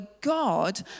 God